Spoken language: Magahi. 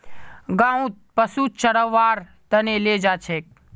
गाँउत पशुक चरव्वार त न ले जा छेक